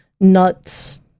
nuts